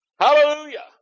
Hallelujah